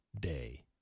Day